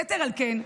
יתר על כן,